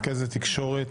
רכזת תקשורת,